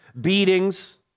beatings